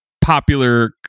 popular